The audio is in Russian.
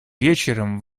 вечером